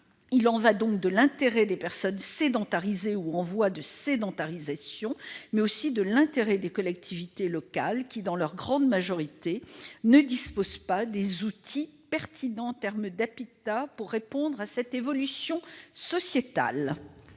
Il y va de l'intérêt des personnes « sédentarisées » ou en voie de « sédentarisation », mais aussi de l'intérêt des collectivités locales qui, dans leur grande majorité, ne disposent pas des outils pertinents en termes d'habitat pour répondre à cette évolution sociétale.